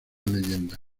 leyenda